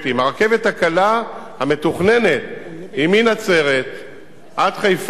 הרכבת הקלה המתוכננת היא מנצרת עד חיפה,